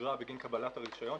אגרה בגין קבלת הרשיון,